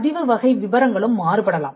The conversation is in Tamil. பதிவு வகை விபரங்களும் மாறுபடலாம்